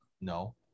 No